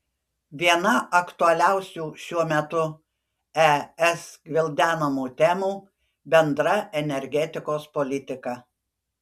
viena aktualiausių šiuo metu es gvildenamų temų bendra energetikos politika